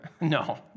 No